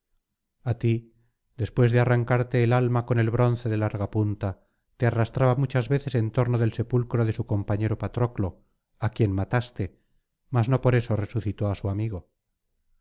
á ti después de arrancarte el alma con el bronce de larga punta te arrastraba muchas veces en torno del sepulcro de su compañero patroclo á quien mataste mas no por esto resucitó á su amigo